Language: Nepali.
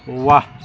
वाह